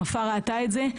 נופר ראתה את זה.